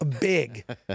Big